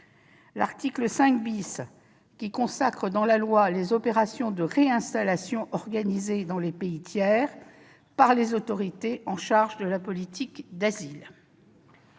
l'article 5 qui consacre dans la loi les opérations de réinstallation dans les pays tiers, organisées par les autorités en charge de la politique de l'asile.